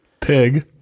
pig